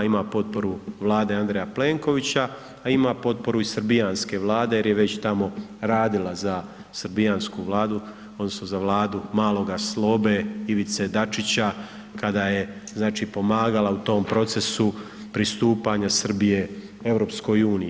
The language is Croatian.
Ima potporu Vlade Andreja Plenkovića, a ima potporu i srbijanske Vlade jer je već tamo radila za srbijansku Vladu, odnosno za Vladu maloga Slobe Ivice Dačića, kada je pomagala u tom procesu pristupanja Srbije EU.